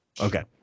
okay